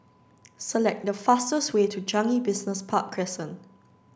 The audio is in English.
select the fastest way to Changi Business Park Crescent